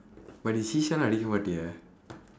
but நீ:nii sheeshah எல்லாம் அடிக்க மாட்டியே:adikka maatdiyee